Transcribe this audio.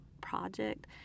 project